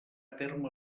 terme